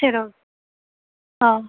சரி ஓ ஆ